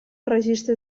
registre